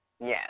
Yes